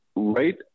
right